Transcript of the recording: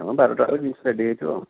ବାରଟା ବେଳେ ଜିନିଷ ରେଡ଼ି ହେଇଥିବ